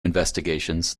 investigations